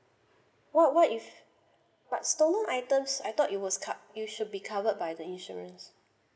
what what if but stolen items I thought it was cov~ it should be covered by the insurance